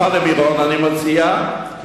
אני מציע שלוחה למירון,